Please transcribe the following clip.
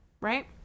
right